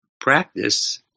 practice